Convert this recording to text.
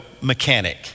mechanic